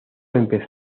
empezó